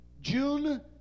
June